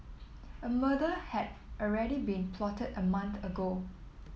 a murder had already been plotted a month ago